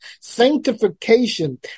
sanctification